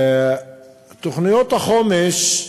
תוכניות החומש,